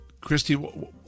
Christy